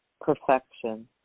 perfection